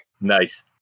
Nice